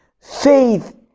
Faith